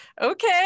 okay